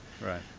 Right